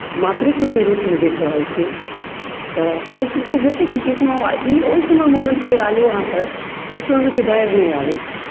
मातृत्वके रूपमे देखि रहल छी तऽ एहिसभसँ हेतै की जाहि समयमे आओर ई ओहि समयमे होइत छै आलू अहाँके जाहि समयमे कि बाढ़ि नहि आबैत छै